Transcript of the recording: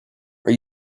are